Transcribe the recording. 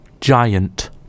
giant